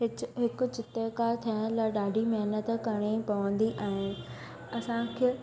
हिकु चित्रकार ठहण लाइ ॾाढी महिनत करिणी पवंदी आहे असांखे